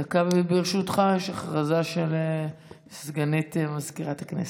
דקה, ברשותך, יש הודעה לסגנית מזכירת הכנסת.